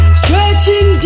stretching